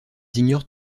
ignorent